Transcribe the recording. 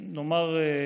נאמר,